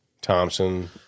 Thompson